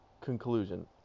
conclusion